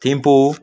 Thimphu